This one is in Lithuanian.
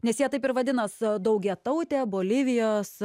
nes jie taip ir vadinos daugiatautė bolivijos